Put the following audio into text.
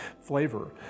flavor